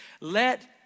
Let